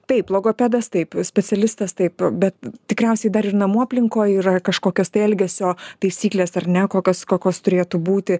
taip logopedas taip specialistas taip bet tikriausiai dar ir namų aplinkoj yra kažkokios tai elgesio taisyklės ar ne kokios kokios turėtų būti